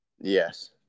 Yes